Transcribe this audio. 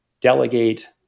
delegate